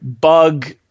bug